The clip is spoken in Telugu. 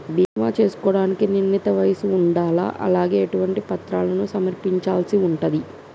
బీమా చేసుకోవడానికి నిర్ణీత వయస్సు ఉండాలా? అలాగే ఎటువంటి పత్రాలను సమర్పించాల్సి ఉంటది?